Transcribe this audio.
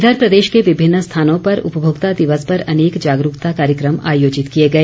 इधर प्रदेश के विभिन्न स्थानों पर उपभोक्ता दिवस पर अनेक जागरूकता कार्यक्रम आयोजित किए गए